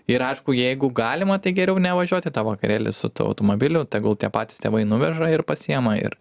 ir aišku jeigu galima tai geriau nevažiuot į tą vakarėlį su tuo automobiliu tegul tie patys tėvai nuveža ir pasiima ir